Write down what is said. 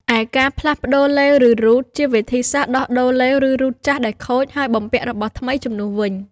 ឯការផ្លាស់ប្តូរឡេវ ឬរ៉ូតជា វិធីសាស្ត្រដោះដូរឡេវ ឬរ៉ូតចាស់ដែលខូច ហើយបំពាក់របស់ថ្មីជំនួសវិញ។